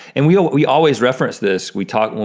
and we but we always referenced this, we talk,